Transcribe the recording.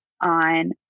on